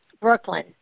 Brooklyn